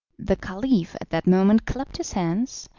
the caliph at that moment clapped his hands,